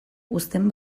uzten